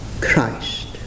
Christ